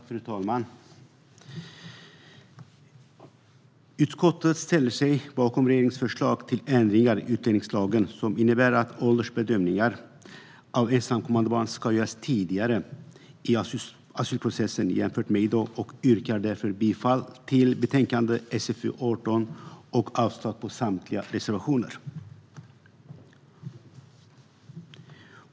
Fru talman! Utskottet ställer sig bakom regeringens förslag till ändringar i utlänningslagen som innebär att åldersbedömningar av ensamkommande barn ska göras tidigare i asylprocessen jämfört med i dag. Jag yrkar därför bifall till utskottets förslag i socialförsäkringsutskottets betänkande 18 och avslag på samtliga reservationer.